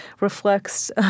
reflects